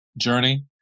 journey